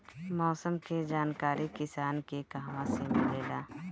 मौसम के जानकारी किसान के कहवा से मिलेला?